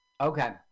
Okay